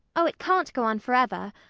oh, it can't go on forever.